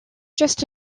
just